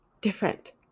different